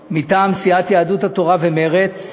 באמת מעמיד בסימן